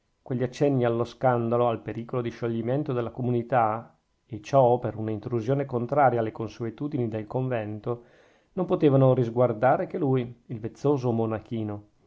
quegli accenni allo scandalo al pericolo di scioglimento della comunità e ciò per una intrusione contraria alle consuetudini del convento non potevano risguardare che lui il vezzoso monachino